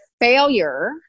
failure